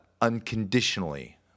unconditionally